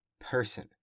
person